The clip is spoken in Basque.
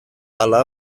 hala